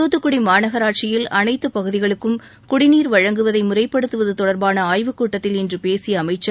தூத்துக்குடி மாநகராட்சியில் அனைத்துப் பகுதிகளுக்கும் குடிநீர் வழங்குவதை முறைப்படுத்துவது தொடர்பான ஆய்வுக் கூட்டத்தில் இன்று பேசிய அனமச்சர்